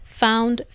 found